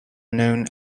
known